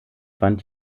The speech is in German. fand